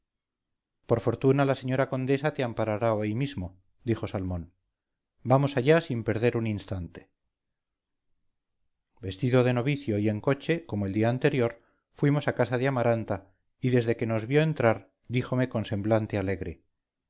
por fortuna la señora condesa te amparará hoy mismo dijo salmón vamos allá sin perder un instante vestido de novicio y en coche como el día anterior fuimos a casa de amaranta y desde que nos vio entrar díjome con semblante alegre